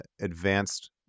advanced